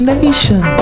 nation